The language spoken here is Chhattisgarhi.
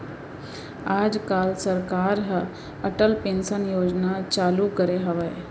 आज काल सरकार ह अटल पेंसन योजना चालू करे हवय